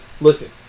Listen